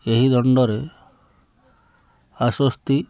ଏହି ଦଣ୍ଡରେ ଆଶ୍ୱସ୍ତି